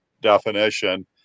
definition